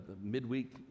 midweek